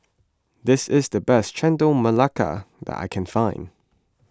this is the best Chendol Melaka that I can find